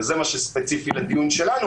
וזה מה שספציפי לדיון שלנו